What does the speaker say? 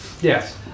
Yes